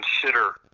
consider